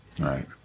right